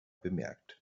bemerkt